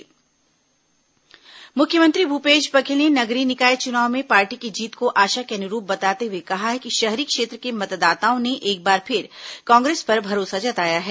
मुख्यमंत्री पत्रकारवार्ता मुख्यमंत्री भूपेश बघेल ने नगरीय निकाय चुनाव में पार्टी की जीत को आशा के अनुरूप बताते हुए कहा है कि शहरी क्षेत्र के मतदाताओं ने एक बार फिर कांग्रेस पर भरोसा जताया है